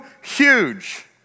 huge